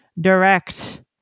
direct